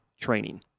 training